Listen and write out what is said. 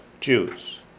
Jews